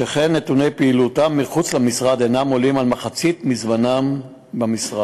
שכן נתוני פעילותם מחוץ למשרד אינם עולים על מחצית מזמנם במשרד.